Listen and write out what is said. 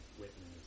witness